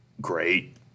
great